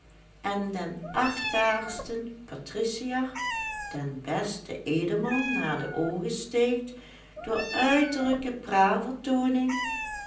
en den achtbaarsten patriciër den besten edelman naar de oogen steekt door uiterlijke